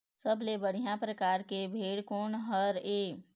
सबले बढ़िया परकार के भेड़ कोन हर ये?